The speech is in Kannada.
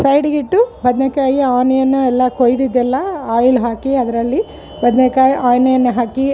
ಸೈಡಿಗೆ ಇಟ್ಟು ಬದನೇಕಾಯಿ ಆನಿಯನ್ ಎಲ್ಲ ಕೊಯ್ದಿದ್ದೆಲ್ಲ ಆಯಿಲ್ ಹಾಕಿ ಅದರಲ್ಲಿ ಬದನೇಕಾಯ್ ಆನಿಯನ್ ಹಾಕಿ